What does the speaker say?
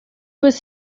was